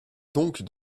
donc